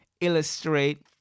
illustrate